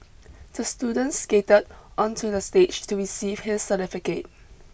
the student skated onto the stage to receive his certificate